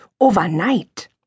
overnight